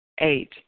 Eight